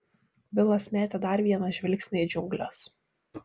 vilas metė dar vieną žvilgsnį į džiungles